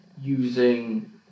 using